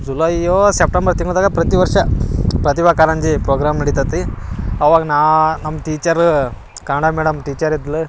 ಜುಲೈಯೋ September ತಿಂಗ್ಳ್ದಾಗ ಪ್ರತಿ ವರ್ಷ ಪ್ರತಿಭಾ ಕಾರಂಜಿ ಪ್ರೋಗ್ರಾಮ್ ನಡಿತತ್ತಿ ಅವಾಗ ನಾ ನಮ್ಮ ತೀಚರ್ ಕನ್ನಡ ಮೇಡಮ್ ಟೀಚರ್ ಇದ್ಲು